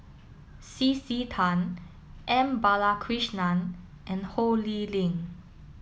C C Tan M Balakrishnan and Ho Lee Ling